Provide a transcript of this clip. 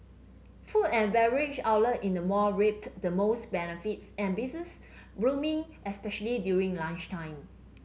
food and beverage outlet in the mall reaped the most benefits and business booming especially during lunchtime